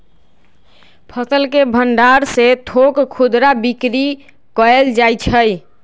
फसल के भण्डार से थोक खुदरा बिक्री कएल जाइ छइ